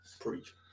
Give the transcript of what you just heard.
Preach